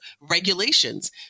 regulations